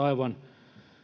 aivan